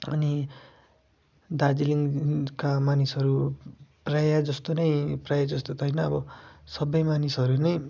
अनि दार्जिलिङका मानिसहरू प्रायः जस्तो नै प्रायः जस्तो त होइन अब सबै मानिसहरू नै